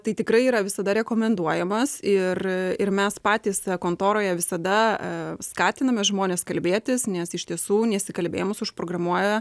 tai tikrai yra visada rekomenduojamas ir ir mes patys kontoroje visada skatiname žmones kalbėtis nes iš tiesų nesikalbėjimas užprogramuoja